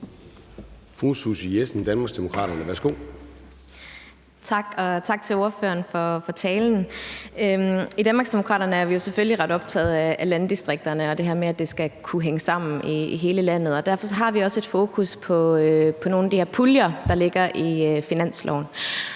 Fru Susie Jessen, Danmarksdemokraterne. Værsgo. Kl. 09:58 Susie Jessen (DD): Tak, og tak til ordføreren for talen. I Danmarksdemokraterne er vi jo selvfølgelig ret optaget af landdistrikterne og det her med, at det skal kunne hænge sammen i hele landet. Derfor har vi også et fokus på nogle af de her puljer, der ligger i finansloven.